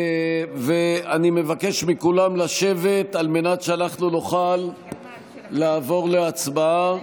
אני מבקש מכולם לשבת על מנת שנוכל לעבור להצבעה.